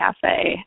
cafe